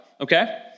Okay